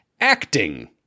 Acting